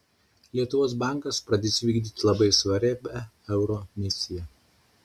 lietuvos bankas pradės vykdyti labai svarbią euro misiją